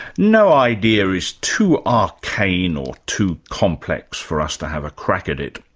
no idea is too arcane or too complex for us to have a crack at it.